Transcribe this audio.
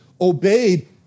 obeyed